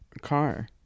car